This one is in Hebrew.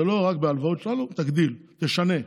זה לא רק בהלוואות שלנו, תגדיל, תשנה.